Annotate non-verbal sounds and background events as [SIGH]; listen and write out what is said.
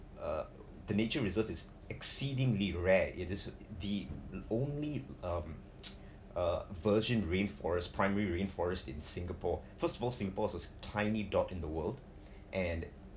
uh the nature reserve is exceedingly rare it is the only um [NOISE] uh virgin rainforest primary rainforest in singapore first of all singapore is a tiny dot in the world and